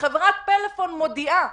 וחברת פלאפון מודיעה